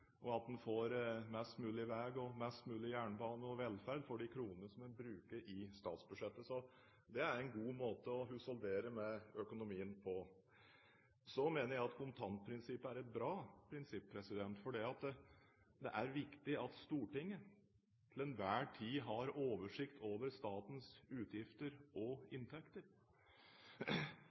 brukt, at en får mest mulig vei, jernbane og velferd for de kronene som en bruker i statsbudsjettet. Det er en god måte å husholdere med økonomien på. Så mener jeg at kontantprinsippet er et bra prinsipp, for det er viktig at Stortinget til enhver tid har oversikt over statens utgifter og inntekter.